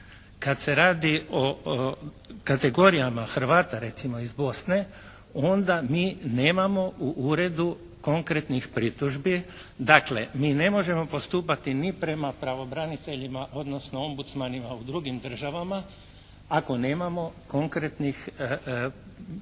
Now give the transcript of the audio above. Kad se radi o kategorijama Hrvata recimo iz Bosne onda mi nemamo u Uredu konkretnih pritužbi. Dakle mi ne možemo postupati ni prema pravobraniteljima odnosno ombudsmanima u drugim državama ako nemamo konkretnih da